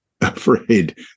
afraid